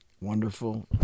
wonderful